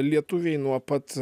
lietuviai nuo pat